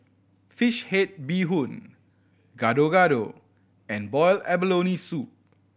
fish head bee hoon Gado Gado and boiled abalone soup